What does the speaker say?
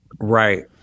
Right